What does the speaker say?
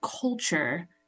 culture